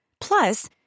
Plus